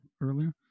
earlier